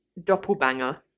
Doppelbanger